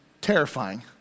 terrifying